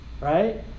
right